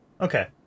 Okay